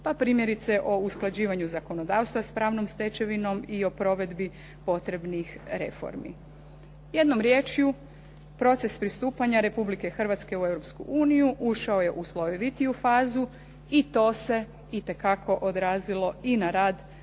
pa primjerice o usklađivanju zakonodavstva s pravnom stečevinom i o provedbi potrebnih reformi. Jednom riječju, proces pristupanja Republike Hrvatske u Europsku uniju ušao je u slojevitiju fazu i to se itekako odrazilo i na rad